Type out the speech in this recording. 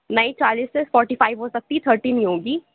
نہیں چالیس سے فورٹی فائیو ہو سکتی تھرٹی نہیں ہوگی